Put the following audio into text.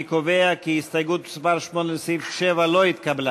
קבוצת סיעת מרצ וקבוצת סיעת הרשימה המשותפת לסעיף 7 לא נתקבלה.